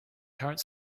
current